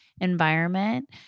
environment